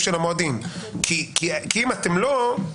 כי אם זה לא אתם,